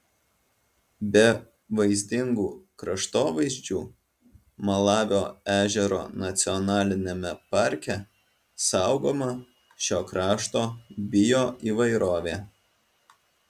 be vaizdingų kraštovaizdžių malavio ežero nacionaliniame parke saugoma šio krašto bioįvairovė